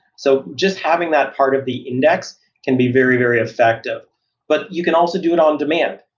so just having that part of the index can be very, very effective but you can also do it on demand.